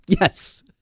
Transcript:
Yes